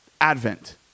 advent